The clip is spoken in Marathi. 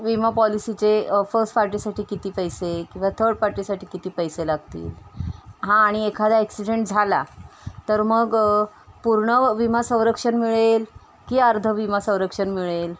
विमा पॉलिसीचे फस्ट पार्टीसाठी किती पैसे किंवा थर्ड पार्टीसाठी किती पैसे लागतील हां आणि एखादा ॲक्सिडेंट झाला तर मग पूर्ण विमा संरक्षण मिळेल की अर्धं विमा संरक्षण मिळेल